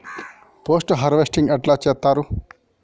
Post harvesting ఎట్ల చేత్తరు?